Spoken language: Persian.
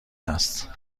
است